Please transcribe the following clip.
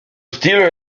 style